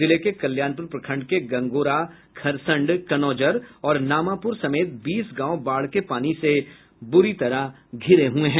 जिले के कल्याणपुर प्रखंड के गंगोरा खरसंड कनौजर और नामापूर समेत बीस गांव बाढ़ के पानी से पूरी तरह घिरे हुए है